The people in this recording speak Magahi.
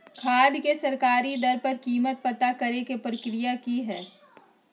खाद के सरकारी दर पर कीमत पता करे के प्रक्रिया की हय?